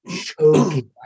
choking